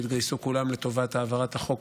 שהתגייסו כולם לטובת העברת החוק